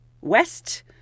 west